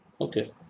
Okay